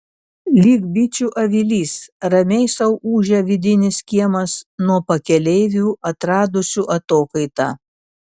lyg bičių avilys ramiai sau ūžia vidinis kiemas nuo pakeleivių atradusių atokaitą